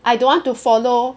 I don't want to follow